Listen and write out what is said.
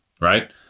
Right